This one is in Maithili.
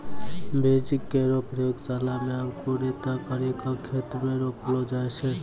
बीज केरो प्रयोगशाला म अंकुरित करि क खेत म रोपलो जाय छै